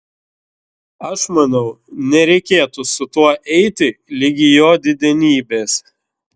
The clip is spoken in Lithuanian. aš manau nereikėtų su tuo eiti ligi jo didenybės